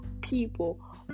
people